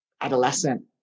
adolescent